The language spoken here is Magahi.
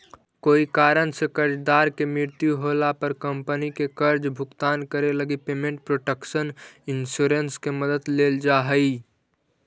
कोई कारण से कर्जदार के मृत्यु होला पर कंपनी के कर्ज भुगतान करे लगी पेमेंट प्रोटक्शन इंश्योरेंस के मदद लेल जा हइ